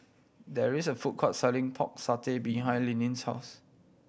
there is a food court selling Pork Satay behind Linnie's house